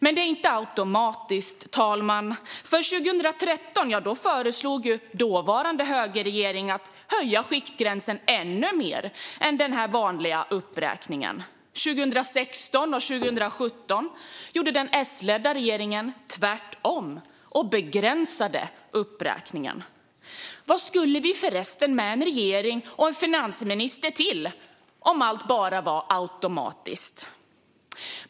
Det är dock inte automatiskt, herr talman. År 2013 föreslog den dåvarande högerregeringen att skiktgränsen skulle höjas ännu mer än den vanliga uppräkningen. År 2016 och 2017 gjorde den då S-ledda regeringen tvärtom och begränsade uppräkningarna. Vad skulle vi förresten med en regering och en finansminister till om allt bara var automatiskt?